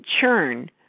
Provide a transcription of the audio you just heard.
churn